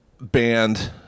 band